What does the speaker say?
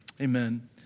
Amen